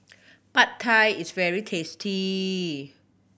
Pad Thai is very tasty